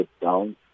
down